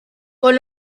con